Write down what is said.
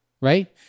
right